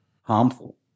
harmful